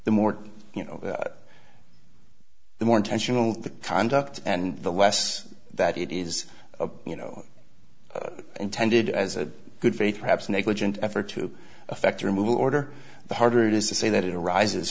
the more you know the more intentional the conduct and the less that it is you know intended as a good faith perhaps negligent effort to effect a removal order the harder it is to say that it arises